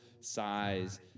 size